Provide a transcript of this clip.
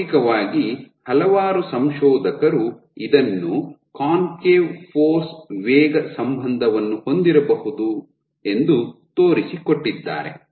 ಪ್ರಾಯೋಗಿಕವಾಗಿ ಹಲವಾರು ಸಂಶೋಧಕರು ಇದನ್ನು ಕಾನ್ಕೇವ್ ಫೋರ್ಸ್ ವೇಗ ಸಂಬಂಧವನ್ನು ಹೊಂದಿರಬಹುದು ಎಂದು ತೋರಿಸಿಕೊಟ್ಟಿದ್ದಾರೆ